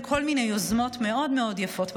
כל מיני יוזמות מאוד מאוד יפות בחברה.